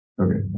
Okay